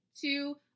Two